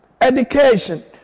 education